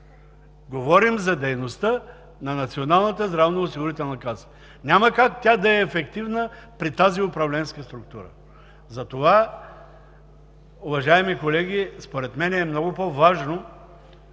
Говорим за дейността на Националната здравноосигурителна каса. Няма как тя да е ефективна при тази управленска структура. Затова, уважаеми колеги, според мен е много по-важно